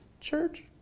Church